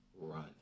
run